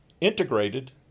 integrated